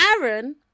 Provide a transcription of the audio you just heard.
Aaron